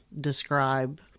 describe